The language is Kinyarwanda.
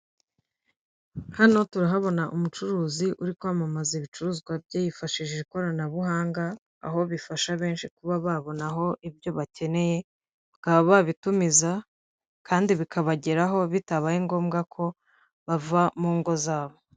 Hano turahabona umucuruzi uri kwamamaza ibicuruzwa bye yifashishije ikoranabuhanga aho bifasha benshi kuba babona aho ibyo bakeneye bakaba babitumiza kandi bikabageraho bitabaye ngombwa ko bava mu ngo zabo.